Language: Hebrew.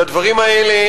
לדברים האלה,